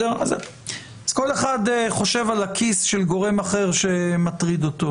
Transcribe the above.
אז כל אחד חושב על הכיס של גורם אחר שמטריד אותו.